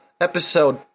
episode